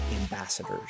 Ambassadors